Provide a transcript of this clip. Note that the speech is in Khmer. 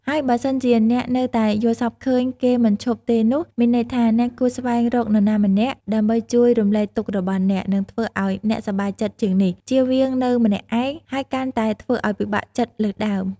ហើយបើសិនជាអ្នក នៅតែយល់សប្តិឃើញ គេមិនឈប់ទេនោះ មានន័យថា អ្នកគួរស្វែងរកនរណាម្នាក់ ដើម្បីជួយរំលែកទុក្ខរបស់អ្នក និងធ្វើឲ្យអ្នកសប្បាយចិត្តជាងនេះ ជៀសជាងនៅម្នាក់ឯង ហើយកាន់តែធ្វើឲ្យពិបាកចិត្តលើសដើម។